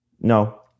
No